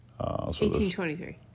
1823